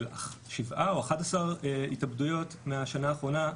שבעה או 11 התאבדויות מהשנה האחרונה,